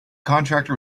contractor